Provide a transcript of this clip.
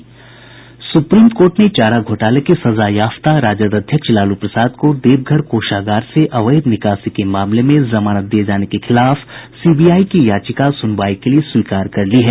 supreme court ने चारा घोटाले के सजायाफ्ता राजद अध्यक्ष लालू प्रसाद को देवघर कोषागार से अवैध निकासी के मामले में जमानत दिये जाने के खिलाफ सीबीआई की याचिका सुनवाई के लिए स्वीकार कर ली है